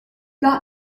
got